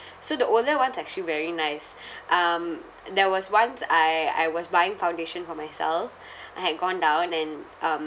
so the older ones actually very nice um there was once I I was buying foundation for myself I had gone down and um